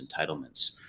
entitlements